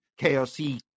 KOC